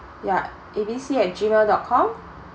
ya uh A B C at gmail dot com